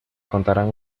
contarán